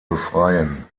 befreien